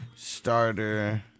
Starter